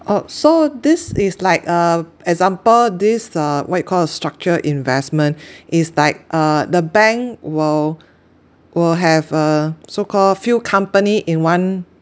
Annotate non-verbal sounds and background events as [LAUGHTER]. oh so this is like a example this uh what you call a structure investment [BREATH] is like uh the bank will will have a so called few company in one